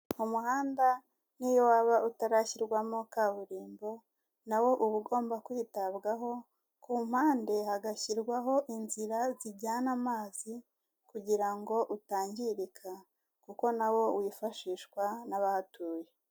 Umuhanda niyo waba utarashyirwamo kaburimbo na wo uba ugomba kwitabwaho ku mpande hagashyirwaho inzira zijyana amazi kugira ngo utangirika kuko nawo wifashishwa n'abahatuye.